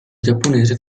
giapponese